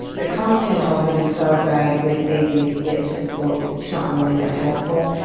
the content ah of it is so vague that even if you get to the court it's not really that helpful,